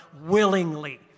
willingly